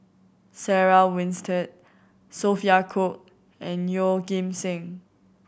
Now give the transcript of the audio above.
Sarah Winstedt Sophia Cooke and Yeoh Ghim Seng